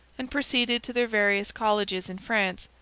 and proceeded to their various colleges in france,